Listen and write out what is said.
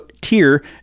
tier